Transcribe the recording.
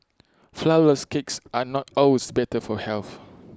Flourless Cakes are not always better for health